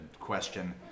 question